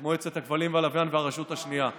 את מועצת הכבלים והלוויין והרשות השנייה.